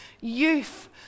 youth